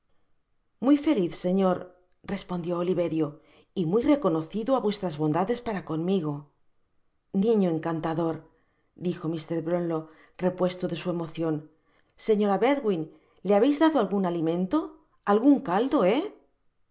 muy feliz sefior respondió oliverio y muy reconocido á vuestras bondades para conmigo niño encantador dijo mr brownlow repuesto de su emocion señora bedwin le habeis dado algun alimento algunos caldos he